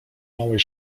małej